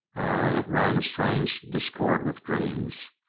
ay, it rang a strange discord with dreams.